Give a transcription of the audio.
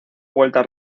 vueltas